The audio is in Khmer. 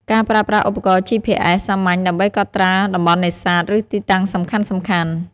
ការប្រើប្រាស់ឧបករណ៍ GPS សាមញ្ញដើម្បីកត់ត្រាតំបន់នេសាទ ឬទីតាំងសំខាន់ៗ។